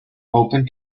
open